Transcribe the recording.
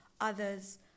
others